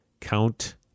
count